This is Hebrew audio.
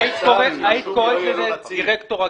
היית קוראת לזה דירקטור רגיל,